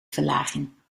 verlaging